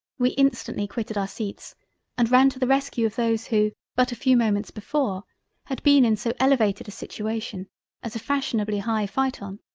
we instantly quitted our seats and ran to the rescue of those who but a few moments before had been in so elevated a situation as a fashionably high phaeton,